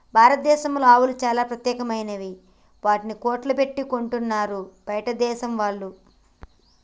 భారతదేశం ఆవులు చాలా ప్రత్యేకమైనవి వాటిని కోట్లు పెట్టి కొనుక్కుంటారు బయటదేశం వాళ్ళు